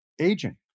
aging